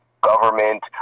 government